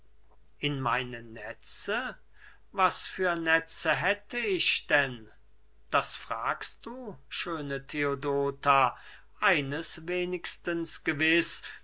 in meine netze was für netze hätte ich denn das fragst du schöne theodota eines wenigstens gewiß